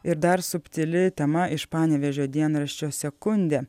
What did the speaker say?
ir dar subtili tema iš panevėžio dienraščio sekundė